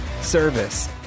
service